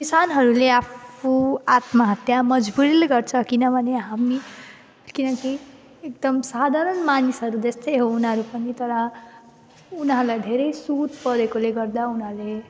किसानहरूले आफू आत्महत्या मजबुरीले गर्छ किनभने हामी किनकि एकदम साधारण मानिसहरू जस्तै हो उनीहरू पनि तर उनीहरूलाई धेरै सुद परेकोले गर्दा उनीहरूले